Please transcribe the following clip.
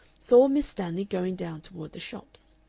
saw miss stanley going down toward the shops.